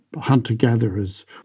hunter-gatherers